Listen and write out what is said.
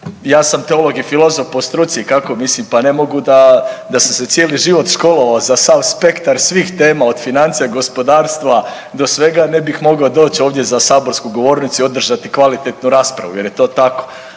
ja sam teolog i filozof po struci, kako mislim, pa ne mogu da sam se cijeli život školovao za sav spektar svih tema od financija, gospodarstva do svega, ne bih mogao doć ovdje za saborsku govornicu i održati kvalitetnu raspravu jer je to tako